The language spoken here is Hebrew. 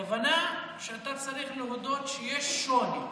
הכוונה: שאתה צריך להודות שיש שוני,